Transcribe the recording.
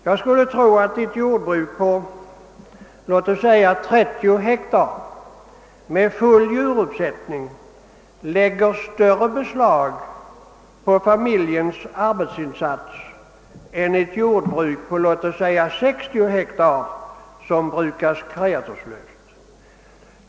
Jag skulle tro att ett jordbruk på låt oss säga 30 ha med full djuruppsättning i högre grad lägger beslag på familjens arbetsinsats än ett jordbruk på låt oss säga 60 ha som brukas kreaturslöst.